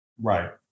Right